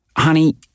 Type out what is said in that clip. Honey